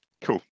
cool